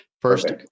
First